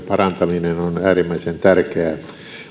parantaminen on äärimmäisen tärkeää